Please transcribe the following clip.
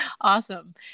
Awesome